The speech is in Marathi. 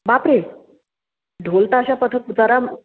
बापरे ढोलताशा पथक जरा